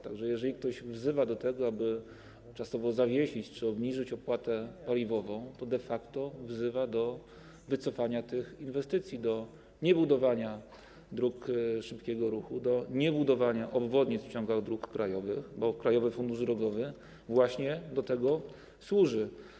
Tak że jeżeli ktoś wzywa do tego, aby czasowo zawiesić czy obniżyć opłatę paliwową, to de facto wzywa do wycofania tych inwestycji, do niebudowania dróg szybkiego ruchu, do niebudowania obwodnic w ciągach dróg krajowych, bo Krajowy Fundusz Drogowy właśnie do tego służy.